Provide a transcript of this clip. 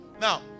Now